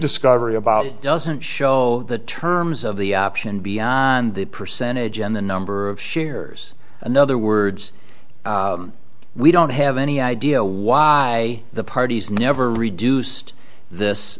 discovery about it doesn't show the terms of the option beyond the percentage and the number of shares another words we don't have any idea why the parties never reduced this